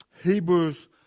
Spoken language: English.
Hebrews